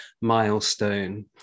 milestone